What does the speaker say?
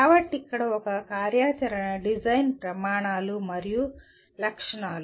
కాబట్టి ఇక్కడ ఒక కార్యాచరణ డిజైన్ ప్రమాణాలు మరియు లక్షణాలు